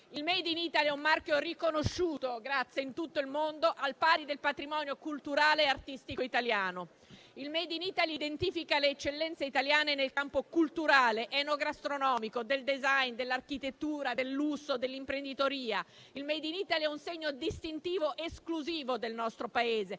Il *made in Italy* è un marchio riconosciuto in tutto il mondo, al pari del patrimonio culturale e artistico italiano. Il *made in Italy* identifica le eccellenze italiane nel campo culturale, enogastronomico, del *design*, dell'architettura, del lusso, dell'imprenditoria. Il *made in Italy* è un segno distintivo esclusivo del nostro Paese;